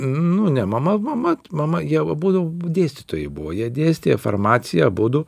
nu ne mama mama mama ieva būdavo dėstytojai buvo jie dėstė farmaciją abudu